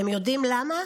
אתם יודעים למה?